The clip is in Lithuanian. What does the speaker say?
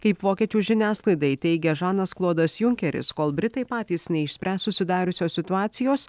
kaip vokiečių žiniasklaidai teigia žanas klodas junkeris kol britai patys neišspręs susidariusios situacijos